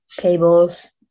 cables